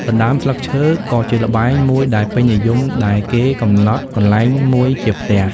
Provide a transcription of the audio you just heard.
ដណ្តើមស្លឹកឈើ ក៏ជាល្បែងមួយដែលពេញនិយមដែរគេកំណត់កន្លែងមួយជាផ្ទះ ។